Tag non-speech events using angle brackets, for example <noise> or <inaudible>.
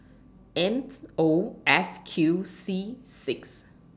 M <unintelligible> O F Q C six